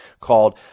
called